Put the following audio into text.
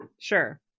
Sure